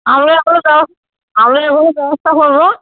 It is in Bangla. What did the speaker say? আমরা এগুলো ব্যবস আমরা এগুলোর ব্যবস্থা করবো